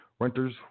renters